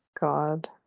God